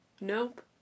Nope